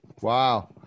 Wow